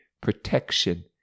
protection